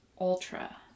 Ultra